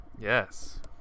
Yes